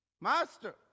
Master